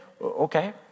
okay